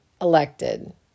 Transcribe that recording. elected